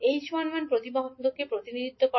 𝐡11 প্রতিবন্ধকে প্রতিনিধিত্ব করে